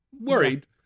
worried